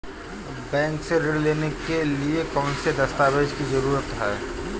Bank से ऋण लेने के लिए कौन से दस्तावेज की जरूरत है?